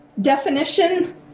definition